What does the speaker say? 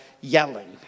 yelling